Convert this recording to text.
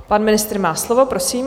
Pan ministr má slovo, prosím.